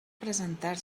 presentar